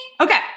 Okay